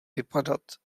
vypadat